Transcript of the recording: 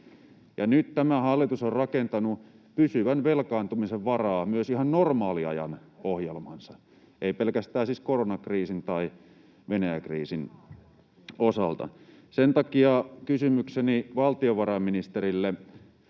nyt tämä hallitus on rakentanut pysyvän velkaantumisen varaan myös ihan normaaliajan ohjelmansa, ei pelkästään siis koronakriisin tai Venäjä-kriisin osalta. Sen takia kysymykseni valtiovarainministerille